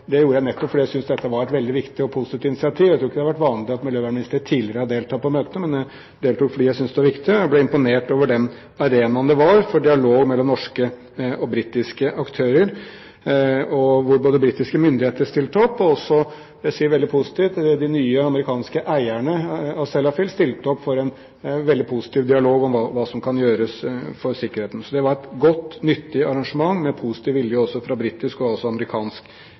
det gjorde jeg nettopp fordi jeg syntes dette var et veldig viktig og positivt initiativ. Jeg tror ikke det har vært vanlig at miljøvernministre tidligere har deltatt på møtene, men jeg deltok fordi jeg syntes det var viktig. Jeg ble imponert over den arenaen dette var for dialog mellom norske og britiske aktører. Både britiske myndigheter og de nye amerikanske eierne av Sellafield stilte opp. Det ser jeg veldig positivt på. Det var en veldig positiv dialog om hva som kan gjøres for sikkerheten, så det var et godt og nyttig arrangement med positiv vilje også fra britisk og amerikansk